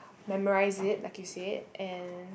memorise it like you said and